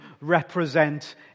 represent